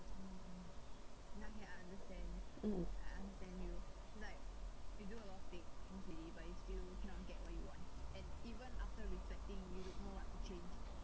mm